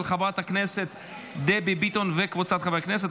של חברת הכנסת דבי ביטון וקבוצת חברי הכנסת.